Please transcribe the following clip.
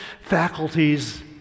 faculties